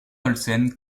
olsen